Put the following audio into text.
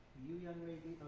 you young lady